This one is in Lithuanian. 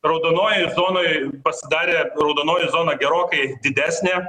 raudonojoj zonoj pasidarė raudonoji zona gerokai didesnė